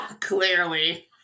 Clearly